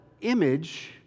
image